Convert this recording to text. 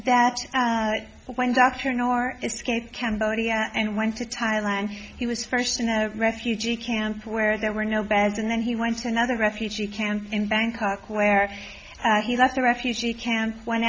that when dr nor escaped cambodia and went to thailand he was first in a refugee camp where there were no beds and then he went to another refugee camp in bangkok where he left the refugee camp went